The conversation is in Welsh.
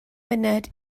munud